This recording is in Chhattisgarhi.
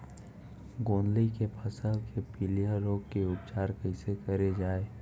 गोंदली के फसल के पिलिया रोग के उपचार कइसे करे जाये?